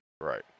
Right